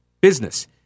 business